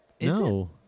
No